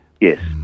Yes